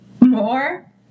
more